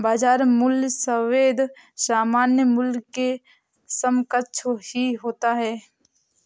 बाजार मूल्य सदैव सामान्य मूल्य के समकक्ष ही होता है